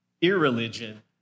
irreligion